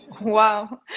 wow